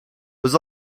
was